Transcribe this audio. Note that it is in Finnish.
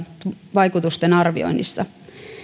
vaikutusten arvioinnissa